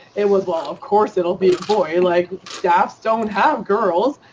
it was well, of course, it'll be a boy. like staffs don't have girls.